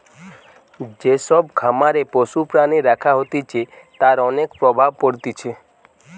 যে সব খামারে পশু প্রাণী রাখা হতিছে তার অনেক প্রভাব পড়তিছে